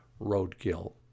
roadkill